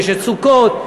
ויש סוכות,